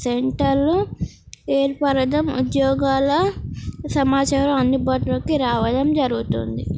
సెంటర్లు ఏర్పరడం ఉద్యోగాల సమాచారం అందుబాటులోకి రావడం జరుగుతుంది